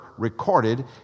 recorded